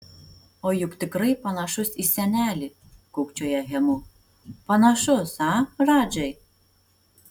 o juk tikrai panašus į senelį kūkčioja hemu panašus a radžai